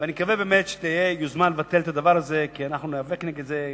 ואני מקווה באמת שתהיה יוזמה לבטל את הדבר הזה כי אנחנו ניאבק נגד זה.